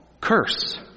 curse